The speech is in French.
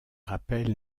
rappels